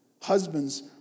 Husbands